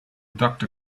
doctor